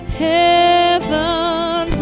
heaven